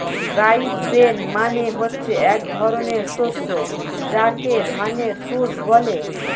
rice bran মানে হচ্ছে এক ধরনের শস্য যাকে ধানের তুষ বলে